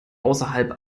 außerdem